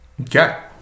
Okay